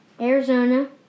Arizona